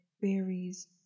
berries